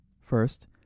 First